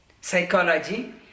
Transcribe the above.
psychology